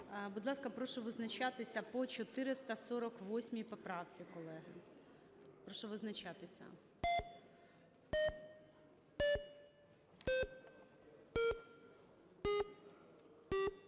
Будь ласка, прошу визначатися по 448 поправці, колеги. Прошу визначатися.